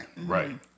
Right